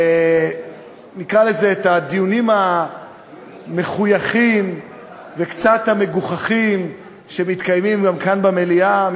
נקרא לזה הדיונים המחויכים וקצת מגוחכים שמתקיימים גם כאן במליאה,